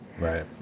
Right